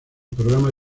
programa